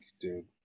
dude